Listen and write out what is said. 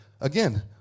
again